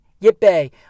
yippee